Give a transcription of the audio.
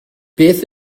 beth